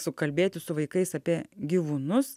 sukalbėti su vaikais apie gyvūnus